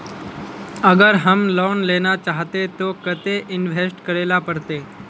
अगर हम लोन लेना चाहते तो केते इंवेस्ट करेला पड़ते?